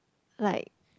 like